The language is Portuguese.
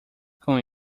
com